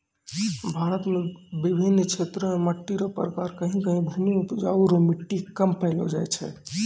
भारत मे बिभिन्न क्षेत्र मे मट्टी रो प्रकार कहीं कहीं भूमि उपजाउ रो मट्टी कम पैलो जाय छै